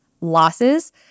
losses